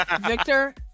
Victor